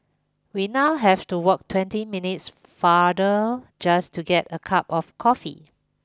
we now have to walk twenty minutes farther just to get a cup of coffee